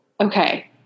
Okay